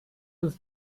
uns